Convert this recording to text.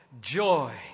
joy